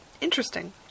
Interesting